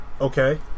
okay